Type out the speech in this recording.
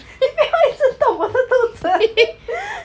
你不要一直动我的肚子